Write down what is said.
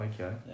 okay